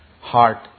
heart